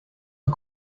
are